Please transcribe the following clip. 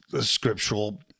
scriptural